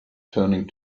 turning